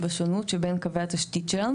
בשונות שבין קווי התשתית שלנו,